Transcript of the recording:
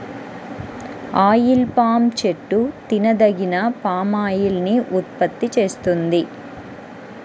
oil palm చెట్టు తినదగిన palm oil ని ఉత్పత్తి చేస్తుంది